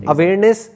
Awareness